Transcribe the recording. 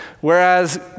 Whereas